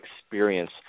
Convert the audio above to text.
experience